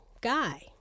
guy